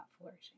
flourishing